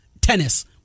tennis